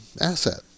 asset